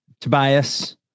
Tobias